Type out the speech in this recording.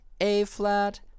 A-flat